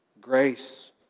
grace